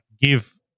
give